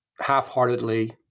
Half-heartedly